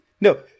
no